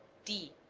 d.